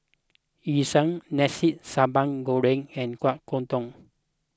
Yu Sheng Nasi Sambal Goreng and Kueh Kodok